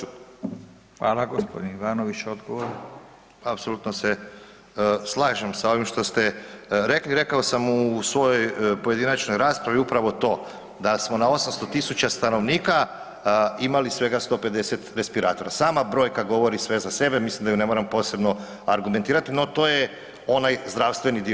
Apsolutno se slažem sa ovim što ste rekli, rekao sam u svojoj pojedinačnoj raspravi upravo to da smo na 800 tisuća stanovnika imali svega 150 respiratora, sama brojka govori sve za sebe, mislim da ju ne moram posebno argumentirati, no to je onaj zdravstveni dio.